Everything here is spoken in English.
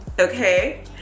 okay